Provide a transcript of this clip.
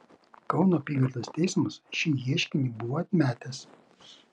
kauno apygardos teismas šį ieškinį buvo atmetęs